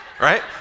right